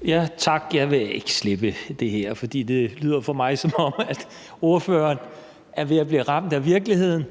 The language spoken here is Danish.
Kl. 15:02 Kim Valentin (V): Tak. Jeg vil ikke slippe det her, for det lyder for mig, som om ordføreren er ved at blive ramt af virkeligheden.